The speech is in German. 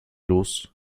los